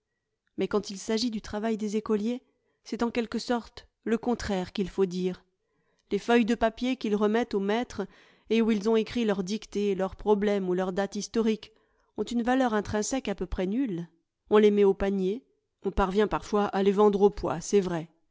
mais quand il s'agit du travail des écoliers c'est en quelque sorte le contraire qu'il faut dire les feuilles de papier qu'ils remettent au maître et où ils ont écrit leurs dictées leurs problèmes ou leurs dates historiques ont une valeur intrinsèque à peu près nulle on les met an panier on parvient parfois à les vendre au poids c'est vrai